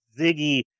Ziggy